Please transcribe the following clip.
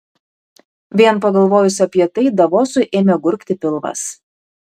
vien pagalvojus apie tai davosui ėmė gurgti pilvas